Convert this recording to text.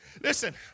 listen